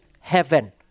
heaven